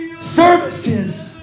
Services